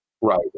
right